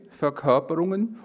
Verkörperungen